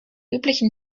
üblichen